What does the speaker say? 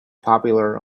popular